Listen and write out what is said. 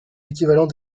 équivalents